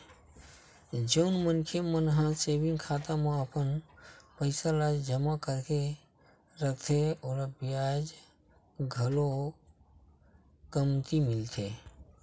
जउन मनखे मन ह सेविंग खाता म अपन पइसा ल जमा करके रखथे ओला बियाज घलो कमती मिलथे